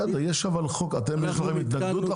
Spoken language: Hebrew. בסדר, יש אבל חוק, אתם מביעים התנגדות לחוק?